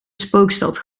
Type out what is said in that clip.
spookstad